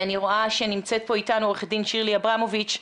נמצאת איתנו עו"ד שירלי אברמוביץ',